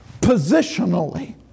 positionally